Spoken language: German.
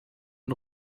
den